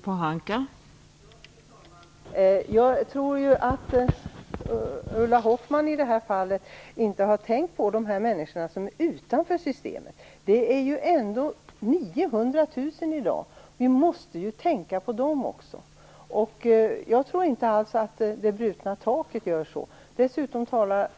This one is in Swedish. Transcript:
Fru talman! Jag tror att Ulla Hoffmann i det här fallet inte har tänkt på de människor som står utanför systemet. Det är ändå fråga om 900 000 människor i dag. Vi måste tänka på dem också. Jag tror inte alls att det brutna taket skulle innebära det som Ulla Hoffmann säger. Dessutom talar